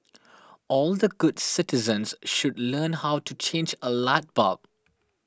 all the good citizens should learn how to change a light bulb